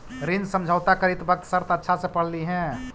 ऋण समझौता करित वक्त शर्त अच्छा से पढ़ लिहें